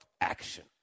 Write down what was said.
Action